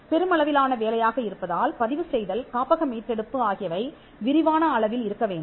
பெருமளவிலான வேலையாக இருப்பதால் பதிவு செய்தல் காப்பக மீட்டெடுப்பு ஆகியவை விரிவான அளவில் இருக்க வேண்டும்